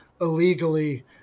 illegally